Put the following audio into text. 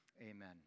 Amen